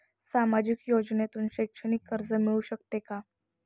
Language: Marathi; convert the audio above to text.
सामाजिक योजनेतून शैक्षणिक कर्ज मिळू शकते का?